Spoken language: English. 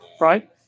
right